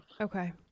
Okay